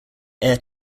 air